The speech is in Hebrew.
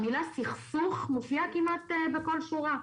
המילה "סכסוך" מופיעה כמעט בכל שורה.